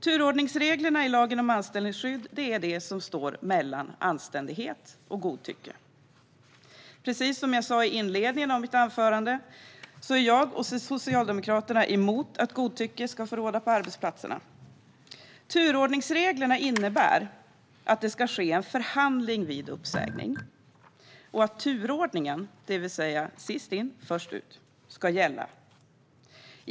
Turordningsreglerna i lagen om anställningsskydd är vad som står mellan anständighet och godtycke. Som jag sa i inledningen av mitt anförande är jag och Socialdemokraterna emot att godtycke ska få råda på arbetsplatserna. Turordningsreglerna innebär att en förhandling ska göras vid uppsägning och att turordningen, det vill säga sist in först ut, ska gälla.